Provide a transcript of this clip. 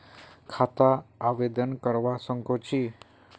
खाता आवेदन करवा संकोची?